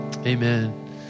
amen